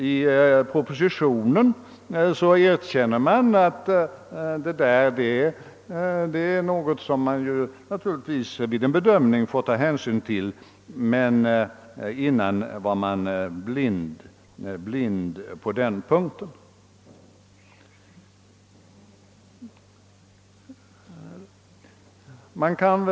I propositionen erkänner man att marknadsutvecklingen är något som man naturligtvis vid en bedömning bör ta hänsyn till, men tidigare var man blind på den punkten.